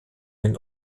den